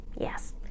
Yes